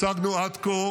השגנו עד כה